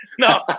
No